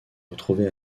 retrouvé